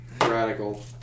Radical